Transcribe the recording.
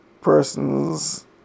persons